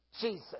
Jesus